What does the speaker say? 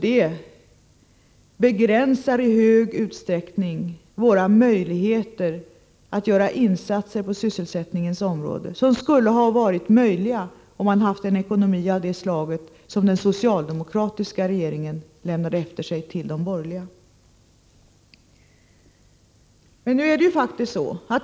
Detta begränsar i hög grad våra möjligheter att göra de insatser på sysselsättningsområdet som skulle ha varit möjliga om vi hade haft en ekonomi av det slag som den socialdemokratiska regeringen lämnade efter sig till de borgerliga.